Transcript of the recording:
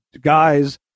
Guys